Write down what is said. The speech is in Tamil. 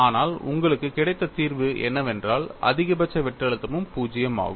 ஆனால் உங்களுக்கு கிடைத்த தீர்வு என்னவென்றால் அதிகபட்ச வெட்டு அழுத்தமும் 0 ஆகும்